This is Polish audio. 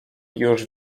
już